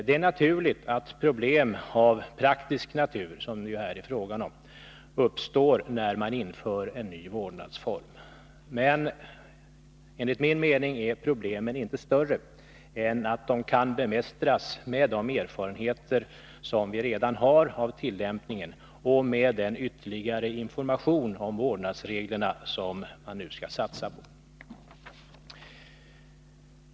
Det är naturligt att problem av praktisk natur, som det ju här är fråga om, uppstår när man inför en ny vårdnadsform, men enligt min mening är problemen inte större än att de kan bemästras med de erfarenheter som vi redan har av tillämpningen och med den ytterligare information om vårdnadsreglerna som man nu skall satsa på.